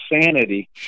sanity